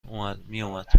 میومد